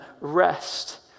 rest